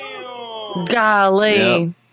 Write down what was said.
Golly